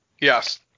Yes